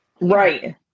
right